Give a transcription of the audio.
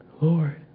Lord